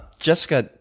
jessica,